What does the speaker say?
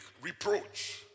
reproach